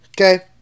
Okay